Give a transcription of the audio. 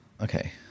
Okay